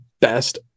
best